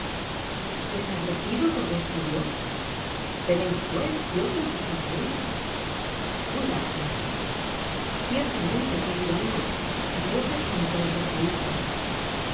establecido por vuestro dios teneis pues dios en vuestro pais will atkins ciertamente querida mia dios está en todos los paises